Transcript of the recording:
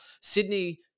Sydney